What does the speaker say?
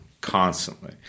constantly